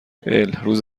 الروز